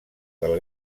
del